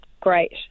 great